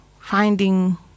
finding